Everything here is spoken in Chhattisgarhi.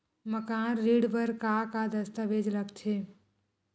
मकान ऋण बर का का दस्तावेज लगथे?